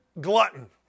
Glutton